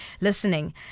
listening